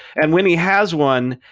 and when he has one,